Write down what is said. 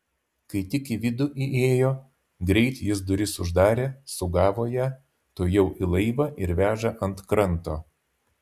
kai tik į vidų įėjo greit jis duris uždarė sugavo ją tuojau į laivą ir veža ant kranto